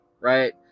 right